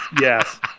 Yes